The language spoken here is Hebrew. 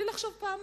בלי לחשוב פעמיים.